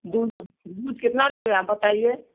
दूध दूध कितना लेंगे आप बताइए